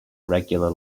regular